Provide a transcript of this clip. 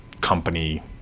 company